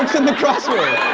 and the crossword.